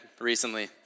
recently